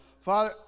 Father